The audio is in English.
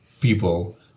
people